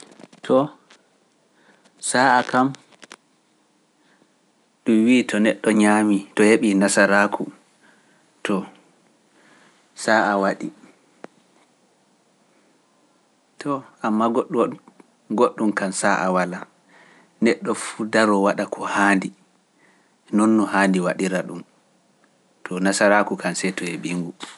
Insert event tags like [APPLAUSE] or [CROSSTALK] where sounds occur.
[NOISE] to neddo hebi nasaraku to wadi sa'a, amma nedo daro wada ko handi kadi no wodi, gam non hebai nasaraku.